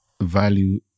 value